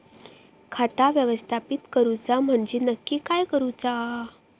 खाता व्यवस्थापित करूचा म्हणजे नक्की काय करूचा?